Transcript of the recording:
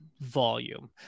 volume